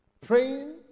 praying